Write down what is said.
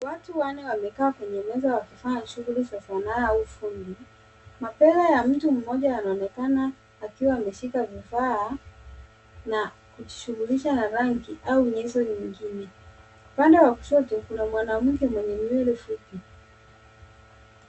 Watu wanna wamekaa kwenye meza wakifanya shughuli za Sanaa au ufundi. Mabega ya mtu mmoja yanaonekana yakiwa yameshika vifaa na kujishughulisha na rangi au nyenzo nyingine. Upande wa kushoto kuna mwanamke mwenye nywele fupi.